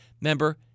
member